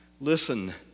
listen